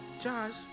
Josh